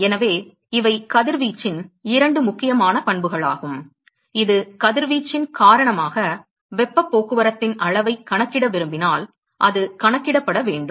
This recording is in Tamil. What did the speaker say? எனவே இவை கதிர்வீச்சின் இரண்டு முக்கியமான பண்புகளாகும் இது கதிர்வீச்சின் காரணமாக வெப்பப் போக்குவரத்தின் அளவைக் கணக்கிட விரும்பினால் அது கணக்கிடப்பட வேண்டும்